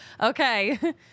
okay